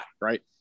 right